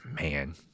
Man